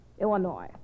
Illinois